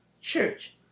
Church